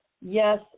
yes